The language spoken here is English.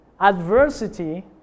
Adversity